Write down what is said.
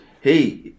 hey